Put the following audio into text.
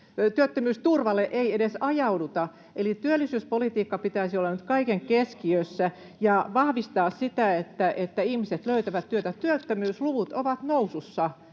työttömyysturvalle ei edes ajauduta, eli työllisyyspolitiikan pitäisi olla nyt kaiken keskiössä ja vahvistaa sitä, että ihmiset löytävät työtä. Työttömyysluvut ovat nousussa,